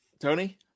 Tony